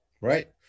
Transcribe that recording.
right